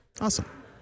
Awesome